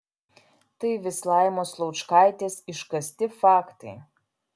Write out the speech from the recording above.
tai vis laimos laučkaitės iškasti faktai